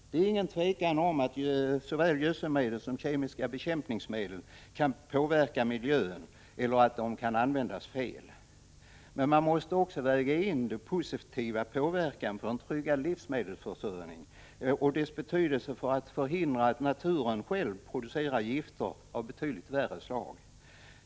Det råder inget tvivel om att såväl gödselmedel som kemiska bekämpningsmedel kan påverka miljön eller användas fel. Men man måste då också väga in dessa medels positiva påverkan för en tryggad livsmedelsförsörjning och deras betydelse för att förhindra att naturen själv producerar gifter av betydligt värre slag.